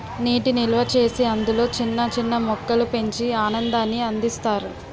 నీటి నిల్వచేసి అందులో చిన్న చిన్న మొక్కలు పెంచి ఆనందాన్ని అందిస్తారు